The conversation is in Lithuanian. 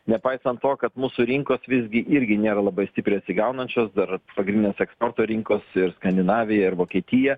nepaisant to kad mūsų rinkos visgi irgi nėra labai stipriai atsigaunančios dar pagrindinės eksporto rinkos ir skandinavija ir vokietija